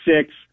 six